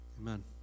Amen